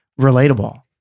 relatable